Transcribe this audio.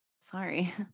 sorry